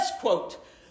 quote